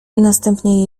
następnie